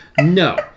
No